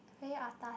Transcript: very atas